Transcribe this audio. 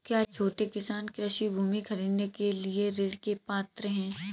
क्या छोटे किसान कृषि भूमि खरीदने के लिए ऋण के पात्र हैं?